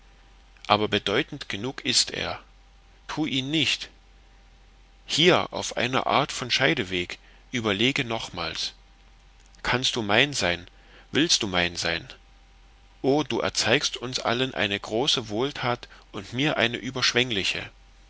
aber bedeutend genug ist er tu ihn nicht hier auf einer art von scheideweg überlege nochmals kannst du mein sein willst du mein sein o du erzeigst uns allen eine große wohltat und mir eine überschwengliche